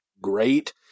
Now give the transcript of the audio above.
great